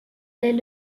est